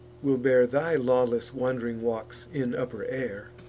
will bear thy lawless wand'ring walks in upper air.